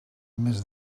mes